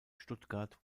stuttgart